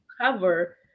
cover